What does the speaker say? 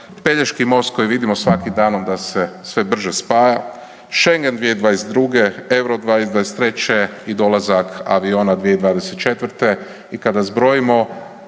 Pelješki most koji vidimo svakim danom da se sve brže spaja, Šengen 2022., EUR-o 2023. i dolazak aviona 2024.